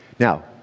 Now